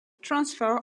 transfer